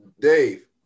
Dave